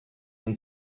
when